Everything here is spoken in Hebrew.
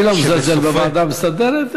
אני לא מזלזל בוועדה המסדרת.